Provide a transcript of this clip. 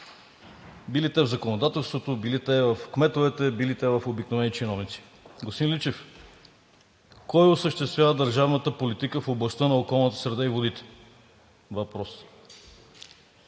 Били те в законодателството, били те в кметовете, били те в обикновени чиновници. Господин Личев, кой осъществява държавната политика в областта на околната среда и водите – въпрос?